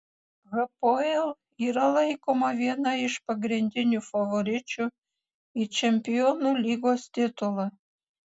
hapoel yra laikoma viena iš pagrindinių favoričių į čempionų lygos titulą